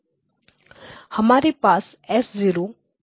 अब हमारे पास S0 S1 SM−1 है